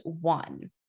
one